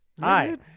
hi